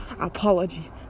Apology